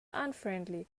unfriendly